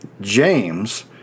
James